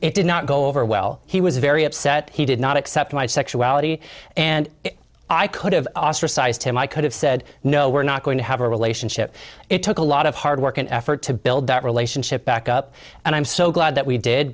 it did not go over well he was very upset he did not accept my sexuality and i could have ostracized him i could have said no we're not going to have a relationship it took a lot of hard work and effort to build that relationship back up and i'm so glad that we did